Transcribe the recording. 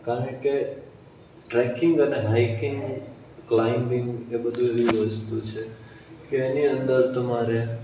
કારણ કે ટ્રેકિંગ અને હાઇકિંગ ક્લાઈમ્બિંગ એ બધું એવી વસ્તુ છે કે એની અંદર તમારે